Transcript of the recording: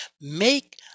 Make